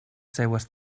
seues